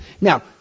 now